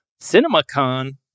CinemaCon